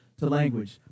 language